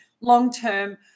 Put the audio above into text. long-term